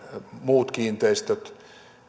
muut kiinteistöt